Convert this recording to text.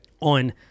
on